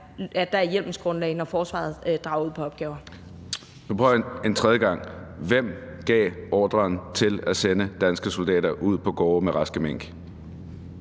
at der er hjemmelsgrundlag, når forsvaret drager ud på opgaver. Kl. 16:19 Marcus Knuth (KF): Nu prøver jeg en tredje gang: Hvem gav ordren om at sende danske soldater ud på gårde med raske mink?